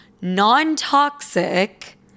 non-toxic